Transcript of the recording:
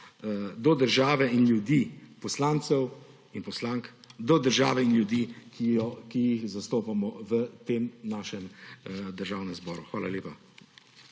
do države in ljudi, poslancev in poslank do države in ljudi, ki jih zastopamo v tem našem državnem zboru. Hvala lepa.